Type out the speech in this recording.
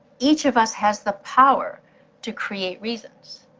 each of us has the power to create reasons.